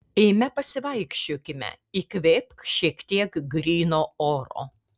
eime pasivaikščiokime įkvėpk šiek tiek gryno oro